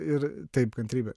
ir taip kantrybė